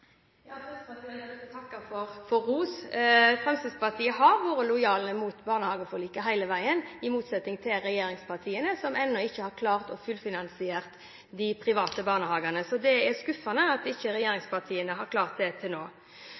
Først har jeg lyst til å takke for ros. Fremskrittspartiet har vært lojale mot barnehageforliket hele veien – i motsetning til regjeringspartiene, som ennå ikke har klart å fullfinansiere de private barnehagene. Det er skuffende at ikke regjeringspartiene har klart det til nå.